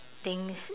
things